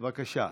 בבקשה.